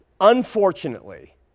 unfortunately